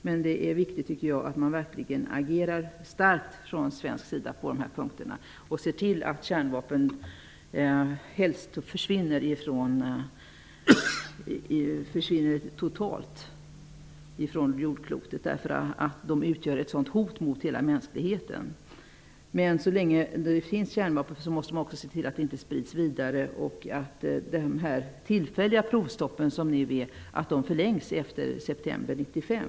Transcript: Men jag tycker att det är viktigt att man verkligen agerar starkt från svensk sida på de här punkterna och ser till att kärnvapen helst försvinner totalt från jordklotet, därför att de utgör ett sådant hot mot hela mänskligheten. Men så länge det finns kärnvapen måste man se till att de inte sprids vidare och att de tillfälliga provstopp som nu råder förlängs efter september 1995.